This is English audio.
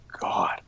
God